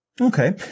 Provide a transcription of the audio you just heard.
Okay